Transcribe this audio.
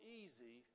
easy